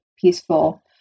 peaceful